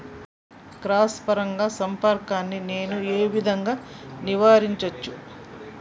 Cross పరాగ సంపర్కాన్ని నేను ఏ విధంగా నివారించచ్చు?